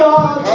God